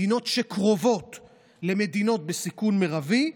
מדינות שקרובות למדינות בסיכון מרבי.